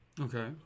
Okay